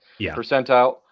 percentile